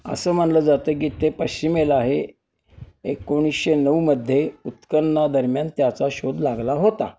असं मानलं जातं की ते पश्चिमेला आहे एकोणीसशे नऊमध्ये उत्खननादरम्यान त्याचा शोध लागला होता